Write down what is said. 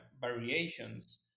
variations